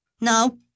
No